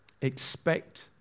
expect